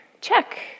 Check